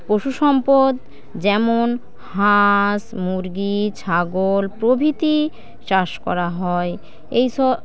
পশু সম্পদ যেমন হাঁস মুরগি ছাগল প্রভৃতি চাষ করা হয় এই